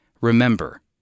Remember